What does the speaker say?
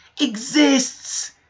exists